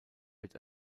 wird